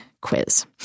quiz